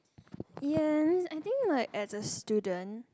yes I think like as a student